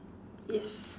yes